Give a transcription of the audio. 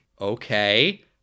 Okay